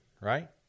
right